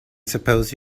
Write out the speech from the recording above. suppose